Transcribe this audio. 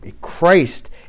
Christ